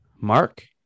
Mark